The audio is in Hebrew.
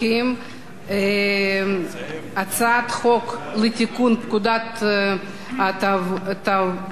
הצעת חוק לתיקון פקודת התעבורה (מס'